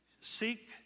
seek